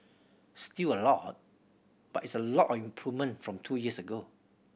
still a lot but it's a lot of improvement from two years ago